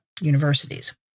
universities